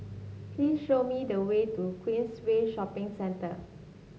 please show me the way to Queensway Shopping Centre